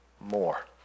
more